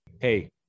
Hey